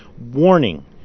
Warning